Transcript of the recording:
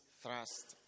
thrust